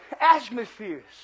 Atmospheres